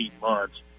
months